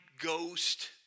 ghost